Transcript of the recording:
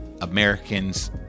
Americans